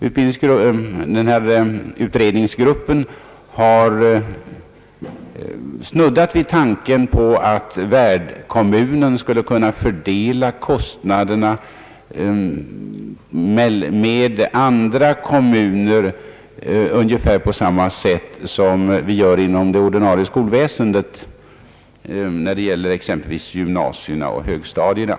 Utredningsgruppen har snuddat vid tanken på att värdkommunen skulle kunna dela kostnaderna med andra kommuner ungefär på samma sätt som inom det ordinarie skolväsendet, när det gäller exempelvis gymnasierna och högstadierna.